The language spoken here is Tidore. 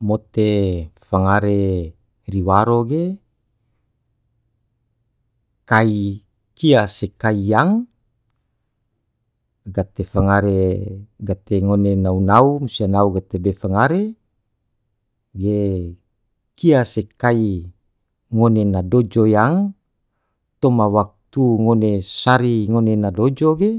Mote fangare ri waro ge kai, kia se kai yang gate fangare, gate ngone nau-nau, mansia nau gatebe fangare ge kia se kai ngone na dojo yang toma waktu ngone sari ngone na dojo ge,